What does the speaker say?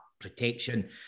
protection